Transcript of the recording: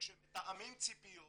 וכשמתאמים ציפיות